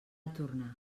tornar